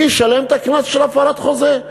מי ישלם את הקנס של הפרת חוזה?